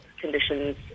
conditions